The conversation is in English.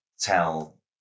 tell